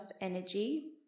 energy